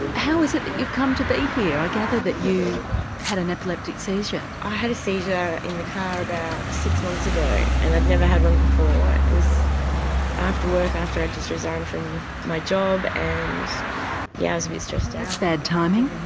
how is it that you've come to be here? i gather that you had an epileptic seizure. i had a seizure in the car about six months ago and i'd never had one before. it it was after work, after i'd just resigned from my job and yeah stressed out. that's bad timing.